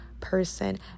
person